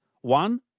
one